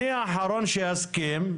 אני האחרון שאסכים,